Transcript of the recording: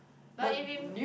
my if in